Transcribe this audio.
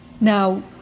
Now